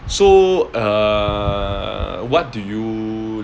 so uh what do you